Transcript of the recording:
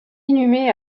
inhumé